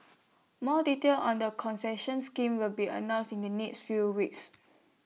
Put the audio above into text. more detail on the concession scheme will be announce in next few weeks